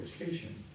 education